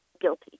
guilty